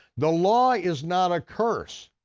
the law is not a curse.